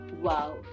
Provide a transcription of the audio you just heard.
Wow